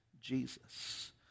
Jesus